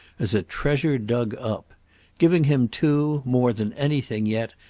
as a treasure dug up giving him too, more than anything yet,